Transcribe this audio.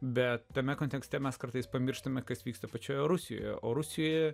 bet tame kontekste mes kartais pamirštame kas vyksta pačioje rusijoje o rusijoje